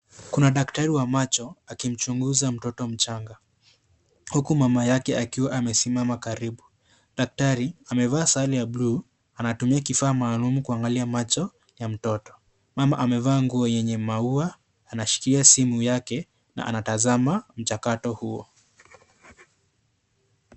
Kuna daktari wa macho akimchunguza mtoto mchanga, huku mama yake akiwa amesimama karibu. Daktari amevaa sare ya bluu, anatumia kifaa maalum kuangalia macho ya mtoto. Mama amevaa nguo yenye maua, anashikilia simu yake na anatazama mchakato huo.